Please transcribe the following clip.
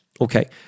Okay